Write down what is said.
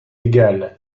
égal